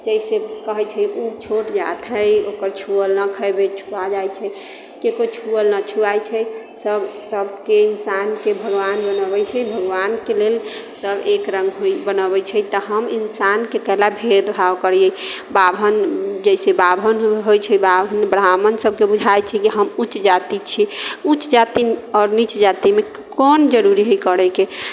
जइसे कहैत छै ओ छोट जाति हइ ओकर छुअल ना खयबै छुआ जाइत छै ककरो छुअल न छुआइत छै सभ सभके इन्सानके भगवान बनबैत छै भगवानके लेल सभ एक रङ्ग होइत बनबैत छै तऽ हम इन्सान कै लए भेदभाव करियै बाभन जैसे बाभन होइत छै बाभन ब्राह्मण सभके बुझाइत छै कि हम उच्च जाति छी उच्च जाति आओर नीच जातिमे कौन जरूरी हइ करयके